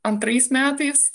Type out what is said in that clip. antrais metais